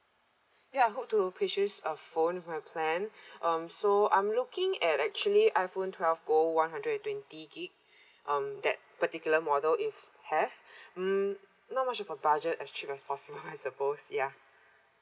ya I hope to purchase a phone with my plan um so I'm looking at actually iphone twelve gold one hundred and twenty gig um that particular model if have mm not much of a budget as cheap as possible I suppose yeah